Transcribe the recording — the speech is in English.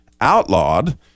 outlawed